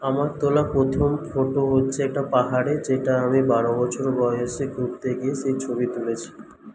আমার তোলা প্রথম ফটো হচ্ছে একটা পাহাড়ে যেটা আমি বারো বছর বয়সে ঘুরতে গিয়ে সেই ছবি তুলেছি